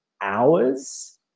hours